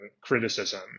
criticism